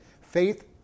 faith